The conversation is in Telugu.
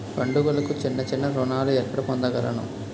పండుగలకు చిన్న చిన్న రుణాలు ఎక్కడ పొందగలను?